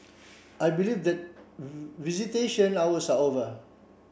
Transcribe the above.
I believe that visitation hours are over